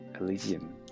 Elysium